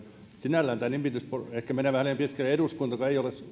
sinällään tämä nimityspolitiikka ehkä menee vähän pitkälle kun eduskuntakaan ei ole